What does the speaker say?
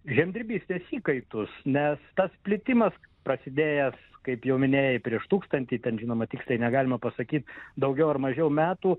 žemdirbystės įkaitus nes tas plitimas prasidėjęs kaip jau minėjai prieš tūkstantį ten žinoma tiksliai negalima pasakyt daugiau ar mažiau metų